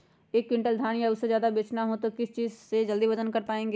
एक क्विंटल धान या उससे ज्यादा बेचना हो तो किस चीज से जल्दी वजन कर पायेंगे?